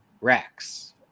Rex